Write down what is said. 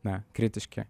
na kritiški